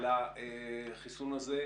לחיסון הזה.